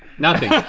nothing.